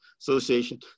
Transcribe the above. association